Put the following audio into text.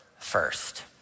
first